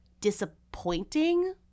disappointing